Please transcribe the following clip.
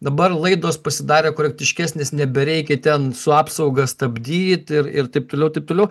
dabar laidos pasidarė korektiškesnės nebereikia ten su apsauga stabdyt ir ir taip toliau taip toliau